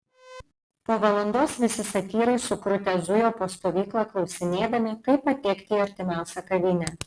po valandos visi satyrai sukrutę zujo po stovyklą klausinėdami kaip patekti į artimiausią kavinę